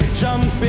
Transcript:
jump